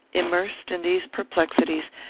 immersed in these perplexities,